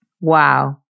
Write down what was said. wow